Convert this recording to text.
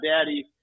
daddy